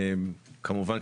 כמובן,